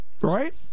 Right